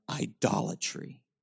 idolatry